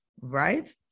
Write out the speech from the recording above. right